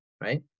right